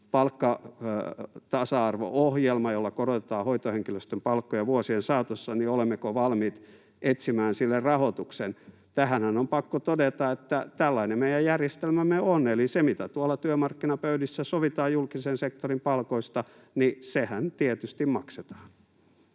palkkatasa-arvo-ohjelma, jolla korotetaan hoitohenkilöstön palkkoja vuosien saatossa, niin olemmeko valmiit etsimään sille rahoituksen. Tähänhän on pakko todeta, että tällainen meidän järjestelmämme on, eli sehän, mitä tuolla työmarkkinapöydissä sovitaan julkisen sektorin palkoista, tietysti maksetaan.